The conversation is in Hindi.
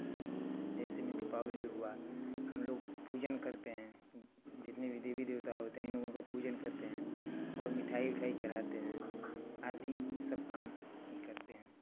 ऐसे में दीपावली हुआ हम लोग पूजन करते हैं जितने भी देवी देवता होते है इन लोगों का पूजन करते हैं और मिठाई उठाई चढ़ाते हैं आदि सब काम ही करते हैं